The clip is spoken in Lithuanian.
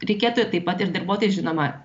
reikėtų taip pat ir darbuotojui žinoma